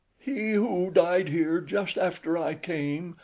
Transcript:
he who died here just after i came,